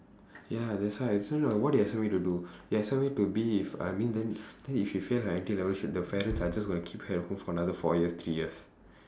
ya that's why so no what do you expect me to do you expect me to be if I mean then then if she fail like her entry level she the parents are just gonna keep her at home for another four years three years